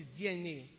DNA